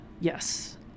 Yes